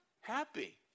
happy